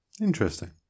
Interesting